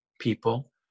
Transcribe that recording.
people